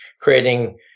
creating